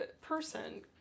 person